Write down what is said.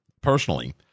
personally